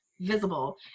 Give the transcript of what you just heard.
visible